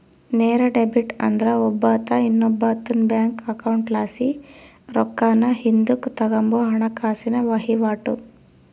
ನೇರ ಡೆಬಿಟ್ ಅಂದ್ರ ಒಬ್ಬಾತ ಇನ್ನೊಬ್ಬಾತುನ್ ಬ್ಯಾಂಕ್ ಅಕೌಂಟ್ಲಾಸಿ ರೊಕ್ಕಾನ ಹಿಂದುಕ್ ತಗಂಬೋ ಹಣಕಾಸಿನ ವಹಿವಾಟು